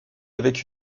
avec